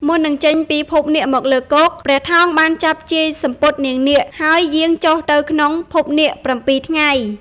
មុននឹងចេញពីភពនាគមកលើគោក ព្រះថោងបានចាប់ជាយ សំពត់នាងនាគ ហើយយាងចុះទៅក្នុងភពនាគ ៧ ថ្ងៃ។